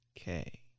Okay